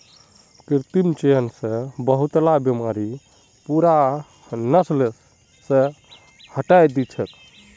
कृत्रिम चयन स बहुतला बीमारि पूरा नस्ल स हटई दी छेक